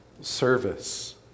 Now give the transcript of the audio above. service